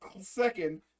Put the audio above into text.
second